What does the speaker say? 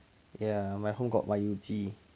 ya my home got 麻油鸡